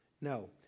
No